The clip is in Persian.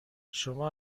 شما